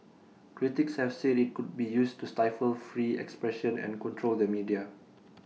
critics have said IT could be used to stifle free expression and control the media